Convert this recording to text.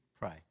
pray